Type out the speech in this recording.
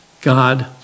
God